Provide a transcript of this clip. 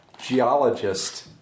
geologist